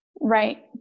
Right